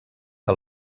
que